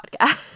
podcast